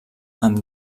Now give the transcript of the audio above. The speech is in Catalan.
amb